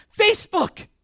Facebook